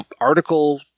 article